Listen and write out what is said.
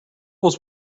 was